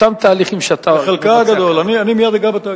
אותם תהליכים שאתה מבצע, אני מייד אגע בתאגידים,